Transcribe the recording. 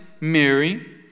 Mary